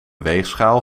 weegschaal